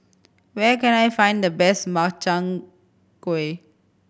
where can I find the best Makchang Gui